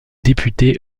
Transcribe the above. député